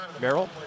Merrill